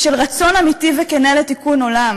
ושל רצון אמיתי וכן לתיקון עולם.